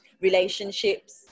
relationships